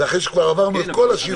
זה אחרי שכבר עברנו את כל השיופים האלה.